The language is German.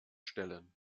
stellen